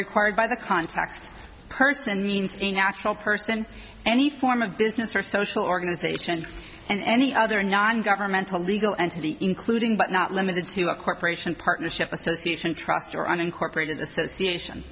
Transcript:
required by the contact person means a natural person any form of business or social organization and any other non governmental legal entity including but not limited to a corporation partnership association trust or unincorporated association